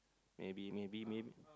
maybe maybe maybe